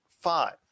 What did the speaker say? five